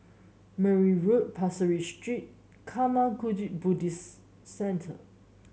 Mergui Road Pasir Ris Street Karma Kagyud Buddhist Centre